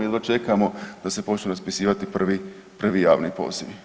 Jedva čekamo da se počnu raspisivati prvi javni pozivi.